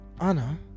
Anna